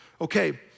Okay